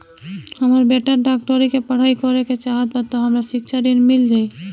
हमर बेटा डाक्टरी के पढ़ाई करेके चाहत बा त हमरा शिक्षा ऋण मिल जाई?